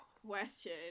Question